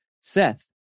Seth